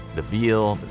the veal,